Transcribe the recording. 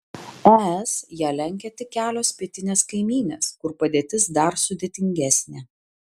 es ją lenkia tik kelios pietinės kaimynės kur padėtis dar sudėtingesnė